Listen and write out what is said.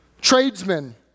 tradesmen